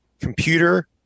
computer